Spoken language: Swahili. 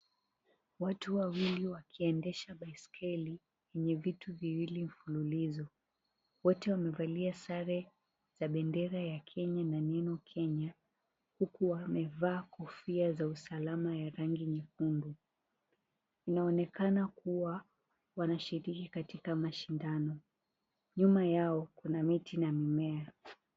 Watu wawili wakiendesha baiskeli yenye viti viwili mfululizo. Wote wamevalia sare za bendera ya Kenya na neno Kenya, huku wamevaa kofia za usalama ya rangi nyekundu. Wanaonekana kuwa wanashiriki katika mashindano. Nyuma yao kuna miti na mimea.